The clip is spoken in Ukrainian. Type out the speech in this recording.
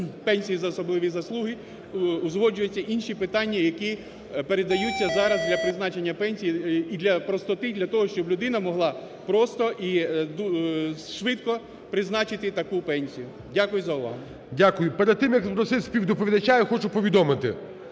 пенсій за особливі заслуги, узгоджуються інші питання, які передаються зараз для призначення пенсій і для простоти, для того, щоб людина могла просто і швидко призначити таку пенсію. Дякую за увагу. ГОЛОВУЮЧИЙ. Дякую. Перед тим як запросити співдоповідача, я хочу повідомити,